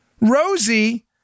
Rosie